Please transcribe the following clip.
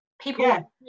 People